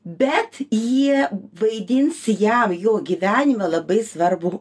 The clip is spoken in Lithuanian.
bet jie vaidins jam jo gyvenime labai svarbų